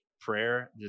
prayer